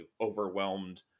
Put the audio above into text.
overwhelmed